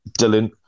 Dylan